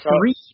three